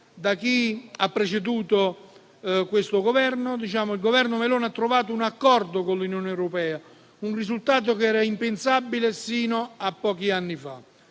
da chi ha preceduto questo Governo, il Governo Meloni ha trovato un accordo con l'Unione europea, un risultato impensabile sino a pochi anni fa.